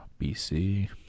bc